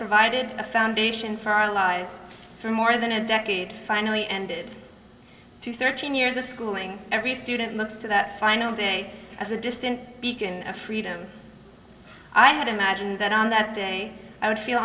provided a foundation for our lives for more than a decade finally ended to thirteen years of schooling every student looked to that final day as a distant beacon of freedom i had imagined that on that day i would feel